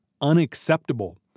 unacceptable